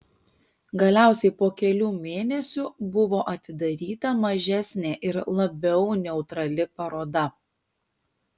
galiausiai po kelių mėnesių buvo atidaryta mažesnė ir labiau neutrali paroda